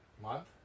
Month